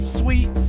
sweet